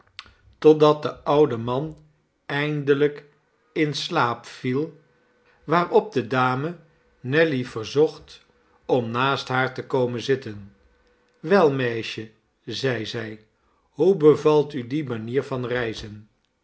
totdat de oude man eindelijk in slaap viel waarop de dame nelly verzocht om naast haar te komen zitten wel meisje zeide zij hoe bevalt u die manier van reizen